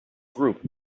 group